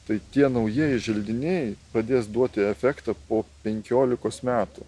tai tie naujieji želdiniai pradės duoti efektą po penkiolikos metų